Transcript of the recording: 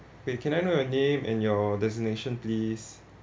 wait can I know your name and your designation please